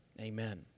Amen